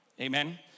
Amen